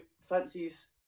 fancies